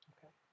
Okay